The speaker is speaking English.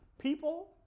people